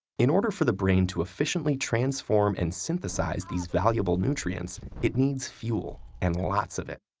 in order for the brain to efficiently transform and synthesize these valuable nutrients, it needs fuel, and lots of it.